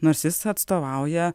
nors jis atstovauja